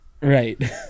Right